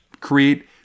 create